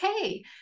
okay